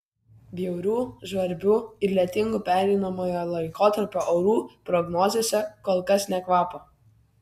bjaurių žvarbių ir lietingų pereinamojo laikotarpio orų prognozėse kol kas nė kvapo